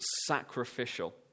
sacrificial